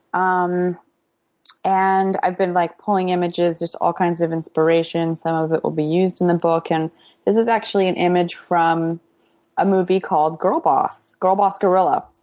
um and i've been like pulling images, just all kinds of inspirations. some of it will be used in the book and this is actually an image from a movie called girl boss, girl boss guerrilla.